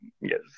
yes